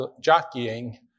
jockeying